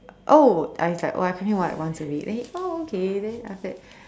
oh uh he's like oh I come here once a week then he oh okay then after that